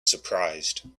surprised